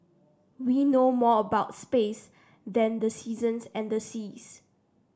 we know more about space than the seasons and the seas